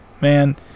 Man